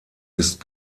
ist